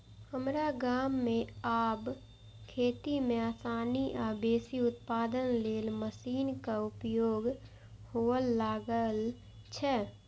हमरा गाम मे आब खेती मे आसानी आ बेसी उत्पादन लेल मशीनक उपयोग हुअय लागल छै